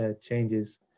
changes